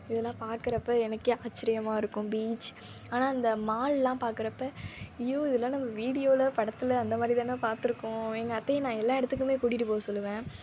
இதெலாம் பார்க்குறப்ப எனக்கே ஆச்சரியமா இருக்கும் பீச் ஆனால் இந்த மாலெலாம் பார்க்குறப்ப ஐயோ இதெலாம் நம்ம வீடியோவில் படத்தில் அந்த மாதிரி தானே பார்த்துருக்கோம் எங்கள் அத்தையை நான் எல்லா இடத்துக்குமே கூட்டிகிட்டு போக சொல்லுவேன்